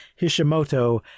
Hishimoto